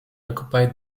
occupy